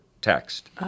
text